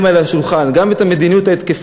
האלה על השולחן: גם את המדיניות ההתקפית,